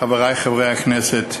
חברי חברי הכנסת,